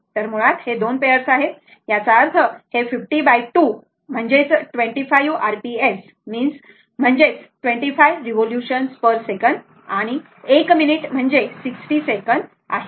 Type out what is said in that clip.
तर मुळात दोन पेअर्स आहेत तर याचा अर्थ हे 502 असेल 25 r p s म्हणजे 25 रिवोल्यूशन पर सेकंद आणि 1 मिनिट 60 सेकंद आहे